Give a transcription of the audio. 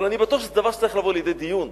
אבל אני בטוח שזה דבר שצריך לבוא לידי דיון.